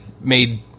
Made